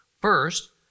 First